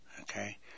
Okay